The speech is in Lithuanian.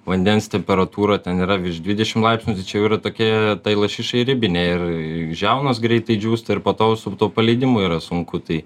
vandens temperatūra ten yra virš dvidešimt laipsnių tai čia jau yra tokia tai lašišai ribinė ir žiaunos greitai džiūsta ir po to su tuo paleidimu yra sunku tai